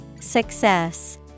Success